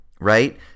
right